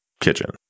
kitchen